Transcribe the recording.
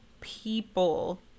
people